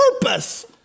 purpose